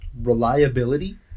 reliability